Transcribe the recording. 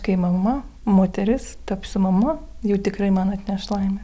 kai mama moteris tapsiu mama jai tikrai man atneš laimę